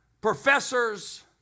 professors